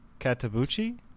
Katabuchi